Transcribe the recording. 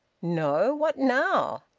no! what now?